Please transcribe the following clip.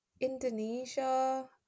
Indonesia